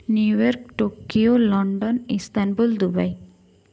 New York Tokyo London Istanbul Dubai